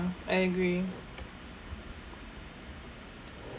I agree